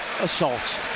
assault